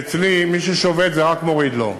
שאצלי מי ששובת זה רק מוריד לו.